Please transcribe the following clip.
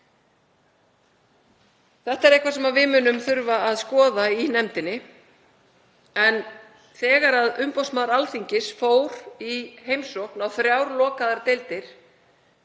Þetta er eitthvað sem við munum þurfa að skoða í nefndinni. Þegar umboðsmaður Alþingis fór í heimsókn á þrjár lokaðar deildir